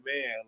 man